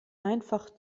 einfach